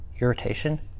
Irritation